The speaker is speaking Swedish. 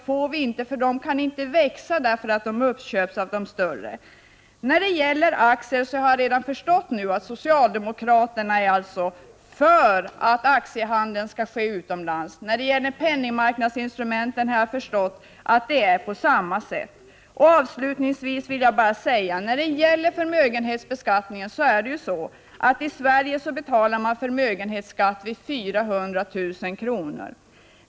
Mindre företag kan inte växa eftersom de köps upp av de större. Jag har redan förstått att socialdemokraterna är för att aktiehandeln skall ske utomlands. När det gäller penningmarknadsinstrumenten har jag förstått att det är på samma sätt. Avslutningsvis vill jag säga att när det gäller förmögenhetsbeskattningen betalar man i Sverige förmögenhetsskatt vid 400 000 kr.